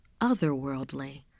otherworldly